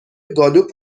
گالوپ